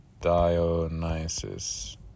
Dionysus